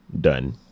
Done